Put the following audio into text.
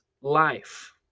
life